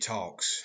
Talks